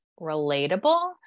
relatable